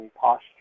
posture